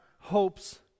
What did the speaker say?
hopes